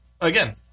again